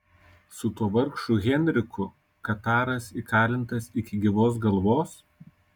su tuo vargšu henriku kataras įkalintas iki gyvos galvos